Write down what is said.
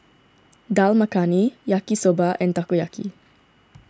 Dal Makhani Yaki Soba and Takoyaki